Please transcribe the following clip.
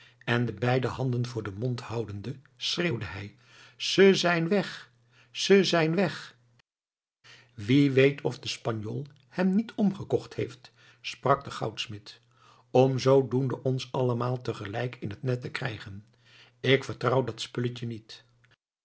en de beide handen voor den mond houdende schreeuwde hij ze zijn weg ze zijn weg wie weet of de spanjool hem niet omgekocht heeft sprak de goudsmid om zoodoende ons allemaal tegelijk in het net te krijgen ik vertrouw dat spulletje niet